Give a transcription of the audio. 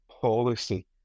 policy